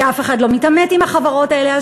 שאף אחד לא מתעמת עם החברות האלה.